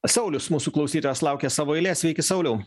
saulius mūsų klausytojas laukia savo eilės sveiki sauliau